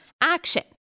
action